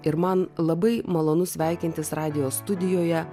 ir man labai malonu sveikintis radijo studijoje